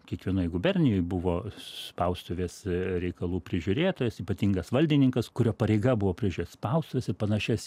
kiekvienoj gubernijoj buvo spaustuvės reikalų prižiūrėtojas ypatingas valdininkas kurio pareiga buvo prižiūrėt spaustuves ir panašias